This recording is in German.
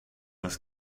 das